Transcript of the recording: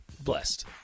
Blessed